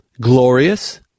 glorious